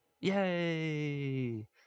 Yay